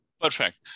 Perfect